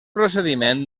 procediment